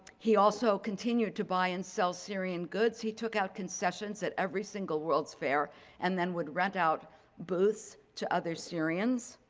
he also continued to buy and sell syrian goods. he took out concessions at every single world's fair and then would rent out booths to other syrians.